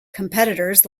competitors